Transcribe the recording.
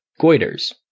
goiters